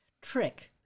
trick